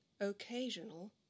occasional